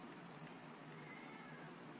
तो सबसे पहले डाटाबेस